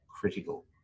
critical